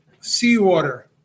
seawater